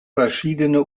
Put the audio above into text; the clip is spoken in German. verschiedene